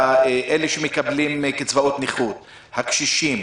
למשל, לאלה שמקבלים קצבאות נכות, לקשישים,